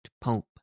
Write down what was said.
pulp